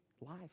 life